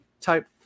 type